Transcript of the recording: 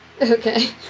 Okay